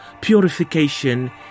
purification